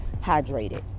hydrated